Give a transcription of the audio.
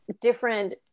different